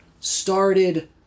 started